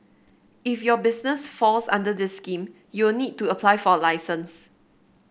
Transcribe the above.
if your business falls under this scheme you'll need to apply for a license